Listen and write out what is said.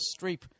Streep